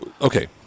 Okay